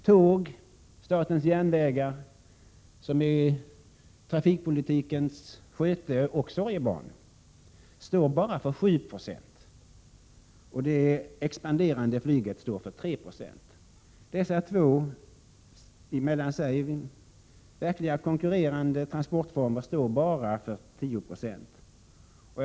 Tågen — statens järnvägar — som är trafikpolitikens sköteoch sorgebarn står för bara 7 26 och det expanderande flyget för 3 20. Dessa två sinsemellan verkligt konkurrerande transportformer står bara för 10 96.